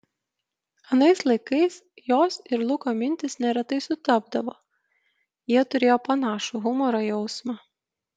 anais laikais jos ir luko mintys neretai sutapdavo jie turėjo panašų humoro jausmą